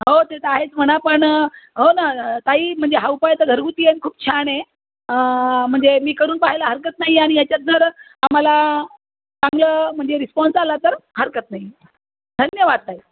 हो ते तर आहेत म्हणा पण हो ना काही म्हणजे हा उपाय तर घरगुती आहे न खूप छान आहे म्हणजे मी करून पहायला हरकत नाही आणि याच्यानंतर आम्हाला चांगलं म्हणजे रिस्पॉन्स आला तर हरकत नाही धन्यवाद ताई